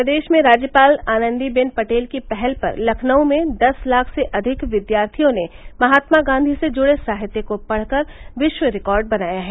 प्रदेश में राज्यपाल आनन्दी बेन पटेल की पहल पर लखनऊ में दस लाख से अधिक विधार्थियों ने महात्मा गांधी से जुड़े साहित्य को पढ़कर विश्व रिकार्ड बनाया है